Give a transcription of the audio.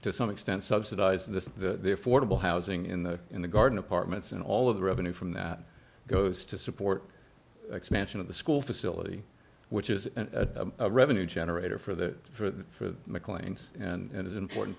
to some extent subsidize the affordable housing in the in the garden apartments and all of the revenue from that goes to support expansion of the school facility which is a revenue generator for the for the maclean's and it's important